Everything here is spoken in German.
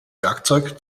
werkzeug